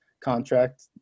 contract